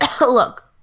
look